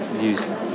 use